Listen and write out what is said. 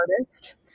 artist